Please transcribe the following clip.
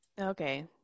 okay